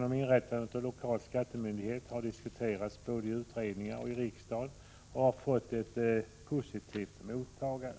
om inrättande av lokal skattemyndighet har diskuterats både i utredningen och i riksdagen och har fått ett positivt mottagande.